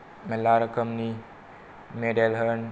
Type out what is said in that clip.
मेल्ला रोखोमनि मेडेल होन